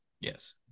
Yes